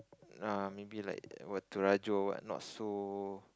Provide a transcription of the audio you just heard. ah maybe like what Torajo what not so